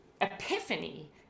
epiphany